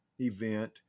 event